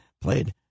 played